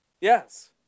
Yes